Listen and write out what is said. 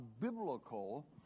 biblical